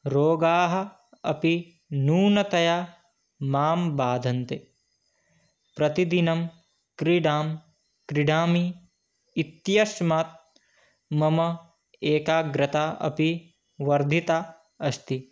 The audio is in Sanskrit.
रोगाः अपि न्यूनतया मां बाधन्ते प्रतिदिनं क्रीडां क्रीडामि इत्यस्मात् मम एकाग्रता अपि वर्धिता अस्ति